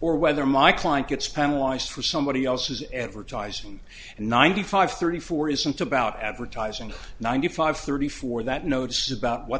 or whether my client gets penalize for somebody else's ever tyson and ninety five thirty four isn't about advertising ninety five thirty four that notes about what